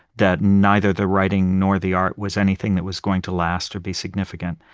that neither the writing nor the art was anything that was going to last or be significant.